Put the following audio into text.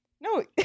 No